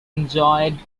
enjoyed